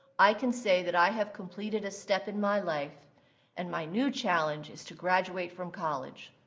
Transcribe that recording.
i can say that i have completed a step in my life and my new challenge is to graduate from college.